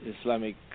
Islamic